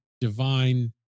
divine